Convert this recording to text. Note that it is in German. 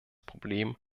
problem